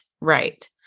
right